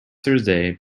thursday